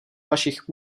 vašich